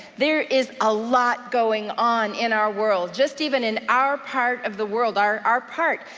there is a lot going on in our world. just even in our part of the world, our our part,